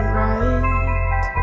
right